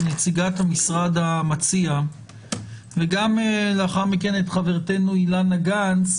כנציגת המשרד המציע וגם לאחר מכן את חברתנו אילנה גנס,